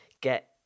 Get